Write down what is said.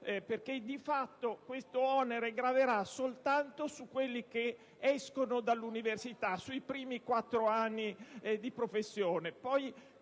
Di fatto, quest'onere graverà soltanto su quelli che escono dall'università e sui loro primi quattro anni di professione.